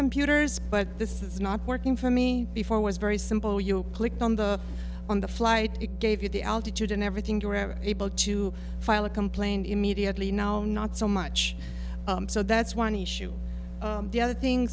computers but this is not working for me before was very simple you clicked on the on the flight it gave you the altitude and everything to read able to file a complaint immediately no not so much so that's one issue the other thing